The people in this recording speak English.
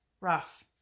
rough